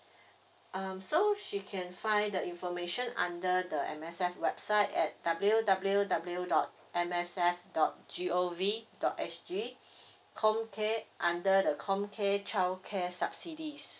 err so she can find the information under the M_S_F website at W W W dot M S F dot G O V dot S G COMCARE under the COMCARE childcare subsidies